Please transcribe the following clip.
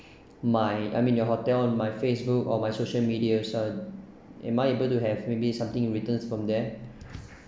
my I mean your hotel on my Facebook or my social media as well am I able to have maybe something return from there